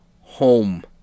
home